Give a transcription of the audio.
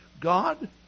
God